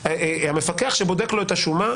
שבודק לו את השומה,